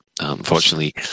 Unfortunately